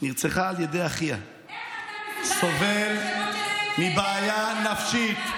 נרצחה על ידי אחיה הסובל מבעיה נפשית.